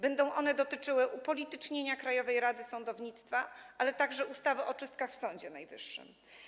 Będzie ono dotyczyło upolitycznienia Krajowej Rady Sądownictwa, ale także ustawy o czystkach w Sądzie Najwyższym.